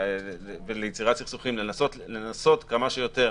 וליצירת סכסוכים, לנסות כמה שיותר